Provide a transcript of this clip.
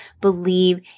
believe